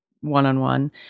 one-on-one